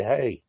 Hey